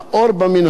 אני מאמין להם,